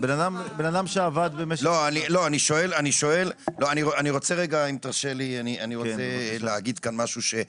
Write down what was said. אם תרשה לי, אני רוצה לומר משהו.